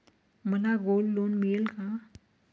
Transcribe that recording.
मला gold loan मिळेल का?